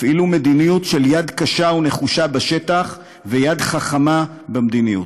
הפעילו מדיניות של יד קשה ונחושה בשטח ויד חכמה במדיניות.